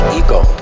ego